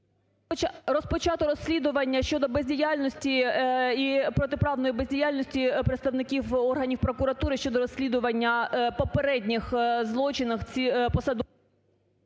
Розпочато розслідування щодо бездіяльності і протиправної бездіяльності представників органів прокуратури щодо розслідування попередніх злочинів цих